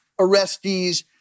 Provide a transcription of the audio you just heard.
arrestees